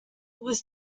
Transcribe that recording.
was